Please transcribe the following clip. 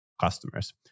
customers